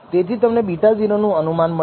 તેથી તમને β0 નું અનુમાન મળશે